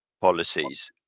policies